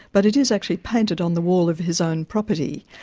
but it is actually painted on the wall of his own property,